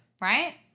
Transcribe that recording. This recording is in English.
Right